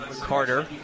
Carter